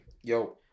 Yo